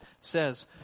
says